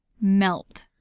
melt